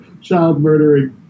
child-murdering